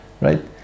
right